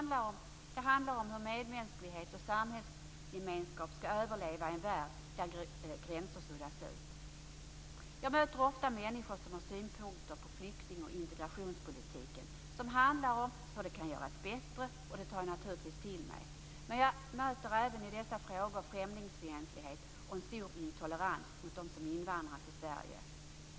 Det handlar om hur medmänsklighet och samhällsgemenskap skall överleva i en värld där gränser suddas ut. Jag möter ofta människor som har synpunkter på hur flykting och integrationspolitiken kan göras bättre, och dem tar jag naturligtvis till mig. Men jag möter även i dessa frågor främlingsfientlighet och en stor intolerans mot dem som invandrat till Sverige.